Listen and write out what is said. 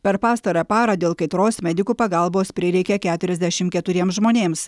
per pastarąją parą dėl kaitros medikų pagalbos prireikė keturiasdešim keturiems žmonėms